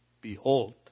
behold